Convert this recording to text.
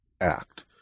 act